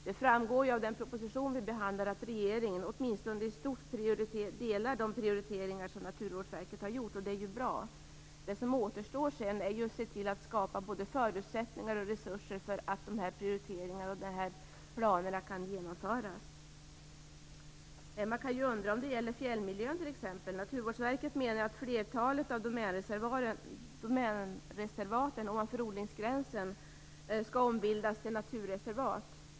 Det framgår ju av den proposition som vi behandlar att regeringen, åtminstone i stort, stöder de prioriteringar som Naturvårdsverket har gjort, och det är ju bra. Det som sedan återstår är att se till att skapa både förutsättningar och resurser för genomförandet av prioriteringarna och planerna. Man kan ju undra om det gäller fjällmiljön t.ex. Naturvårdsverket menar att flertalet av domänreservaten ovanför odlingsgränsen skall ombildas till naturreservat.